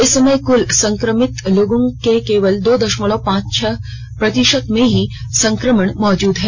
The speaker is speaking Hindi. इस समय कुल संक्रमित लोगों के केवल दो दशमलव पांच छह प्रतिशत में ही संक्रमण मौजूद है